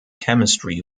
chemistry